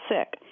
sick